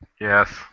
Yes